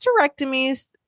hysterectomies